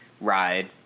ride